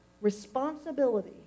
responsibility